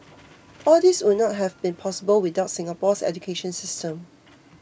all these would not have been possible without Singapore's education system